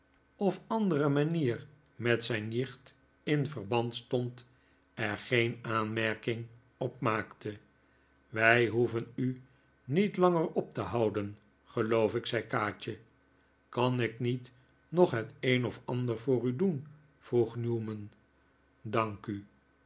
of andere manier met zijn jicht in verband stond er geen aanmerking op maakte wij hoeven u niet langer op te houden geloof ik zei kaatje kan ik niet nog het een of ander voor u doen vrdeg newman dank u